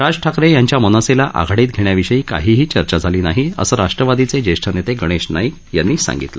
राज ठाकरे यांच्या मनसेला आघाडीत घेण्याविषयी काहीही चर्चा झाली नाही असं राष्ट्रवादीचे ज्येष्ठ नेते गणेश नाईक यांनी सांगितलं